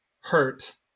hurt